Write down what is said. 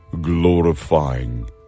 glorifying